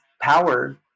power